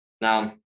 Now